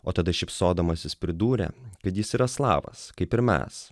o tada šypsodamasis pridūrė kad jis yra slavas kaip ir mes